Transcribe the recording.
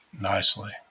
nicely